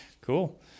Cool